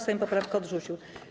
Sejm poprawkę odrzucił.